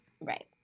Right